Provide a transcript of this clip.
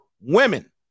women